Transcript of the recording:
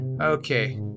Okay